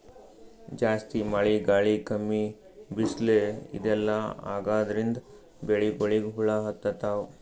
ಜಾಸ್ತಿ ಮಳಿ ಗಾಳಿ ಕಮ್ಮಿ ಬಿಸ್ಲ್ ಇದೆಲ್ಲಾ ಆಗಾದ್ರಿಂದ್ ಬೆಳಿಗೊಳಿಗ್ ಹುಳಾ ಹತ್ತತಾವ್